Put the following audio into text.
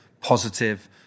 positive